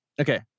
Okay